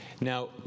Now